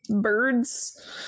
birds